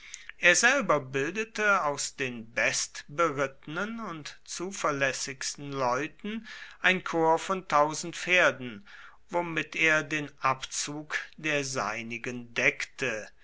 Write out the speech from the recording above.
er selber bildete aus den bestberittenen und zuverlässigsten leuten ein korps von pferden womit er den abzug der seinigen deckte